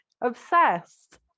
obsessed